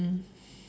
mm mm